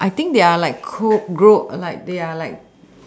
I think they are like co~ gro~ like they are like